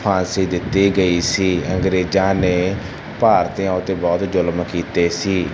ਫਾਂਸੀ ਦਿੱਤੀ ਗਈ ਸੀ ਅੰਗਰੇਜ਼ਾਂ ਨੇ ਭਾਰਤੀਆਂ ਉਤੇ ਬਹੁਤ ਜ਼ੁਲਮ ਕੀਤੇ ਸੀ